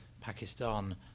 Pakistan